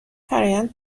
فرایند